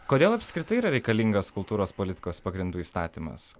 kodėl apskritai yra reikalingas kultūros politikos pagrindų įstatymas